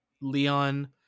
Leon